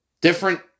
different